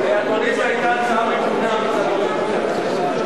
אדוני, זו היתה הצעה מגונה מצד ראש הממשלה.